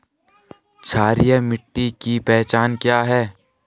क्षारीय मिट्टी की पहचान क्या है?